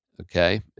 Okay